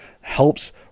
helps